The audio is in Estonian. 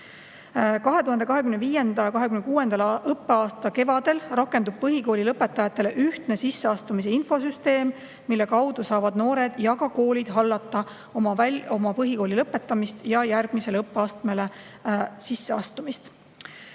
2025. ja 2026. õppeaasta kevadel rakendub põhikoolilõpetajatele ühtne sisseastumise infosüsteem, mille kaudu saavad noored ja ka koolid hallata oma põhikooli lõpetamist ja järgmisele õppeastmele sisseastumist.